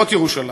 זאת ירושלים.